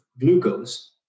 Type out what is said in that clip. glucose